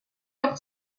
leur